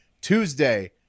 Tuesday